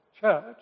church